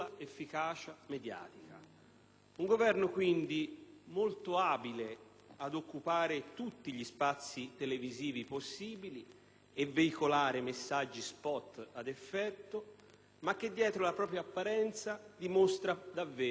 Un Governo quindi molto abile ad occupare tutti gli spazi televisivi possibili e a veicolare messaggi *spot* ad effetto, ma che dietro la propria apparenza dimostra davvero poco o niente.